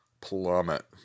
plummet